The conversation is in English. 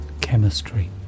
chemistry